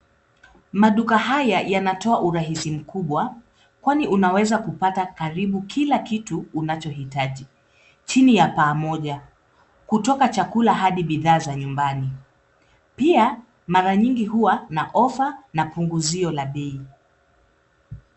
Maduka haya yanatoa urahisi mkubwa, kwani unaweza kupata karibu kila kitu, unachohitaji chini ya paa moja, kutoka chakula hadi bidhaa za nyumbani. Pia, mara nyingi huwa na ofa na punguzio la bei.